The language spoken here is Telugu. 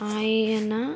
ఆయన